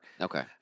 Okay